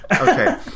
Okay